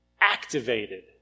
activated